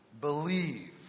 Believe